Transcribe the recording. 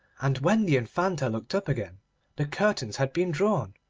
and when the infanta looked up again the curtains had been drawn,